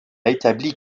établi